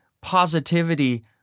positivity